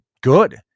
good